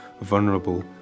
vulnerable